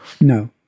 No